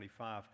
2025